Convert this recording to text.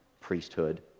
priesthood